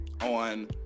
on